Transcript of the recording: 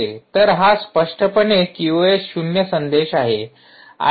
तर हा स्पष्टपणे क्यूओएस शून्य संदेश आहे